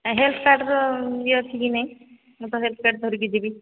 health କାର୍ଡ୍ର ଇଏ ଅଛି କି ନାହିଁ ମୁଁ ତ ହେଲ୍ଥ କାର୍ଡ୍ ଧରିକି ଯିବି